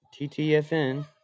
TTFN